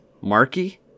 Marky